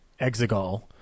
Exegol